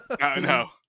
No